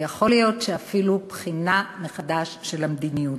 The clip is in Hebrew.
יכול להיות שאפילו בחינה מחדש של המדיניות.